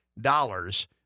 dollars